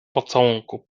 pocałunku